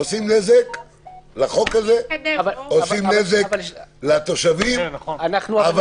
עושים נזק לחוק הזה ועושים נזק לתושבים, אבל